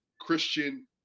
Christian